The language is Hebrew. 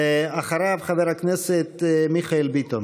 אחריו, חבר הכנסת מיכאל ביטון.